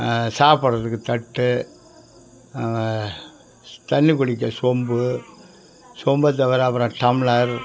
சாப்பிடுறதுக்கு தட்டு தண்ணி குடிக்கிற சொம்பு சொம்பை தவிர அப்புறம் டம்ளர்